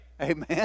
Amen